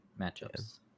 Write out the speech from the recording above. matchups